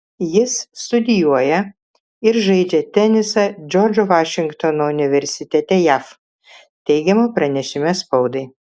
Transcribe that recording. jis studijuoja ir žaidžia tenisą džordžo vašingtono universitete jav teigiama pranešime spaudai